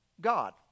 God